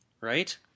right